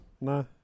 No